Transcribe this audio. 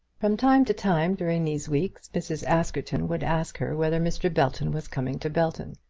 from time to time during these weeks mrs. askerton would ask her whether mr. belton was coming to belton,